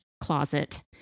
closet